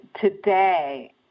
today